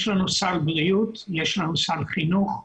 יש לנו סל בריאות, יש לנו סל חינוך.